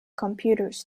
computers